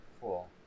Cool